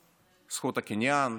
זכות הקניין,